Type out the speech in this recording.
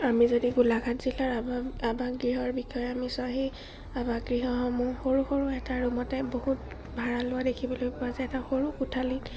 আমি যদি গোলাঘাট জিলাৰ আৱাস আৱাস গৃহৰ বিষয়ে আমি চোৱাহি আৱাস গৃহসমূহ সৰু সৰু এটা ৰুমতে বহুত ভাড়া লোৱা দেখিবলৈ পোৱা যায় এটা সৰু কোঠালিত